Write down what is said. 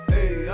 Hey